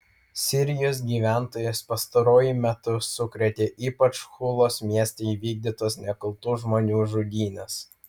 sirijos gyventojus pastaruoju metu sukrėtė ypač hulos mieste įvykdytos nekaltų žmonių žudynės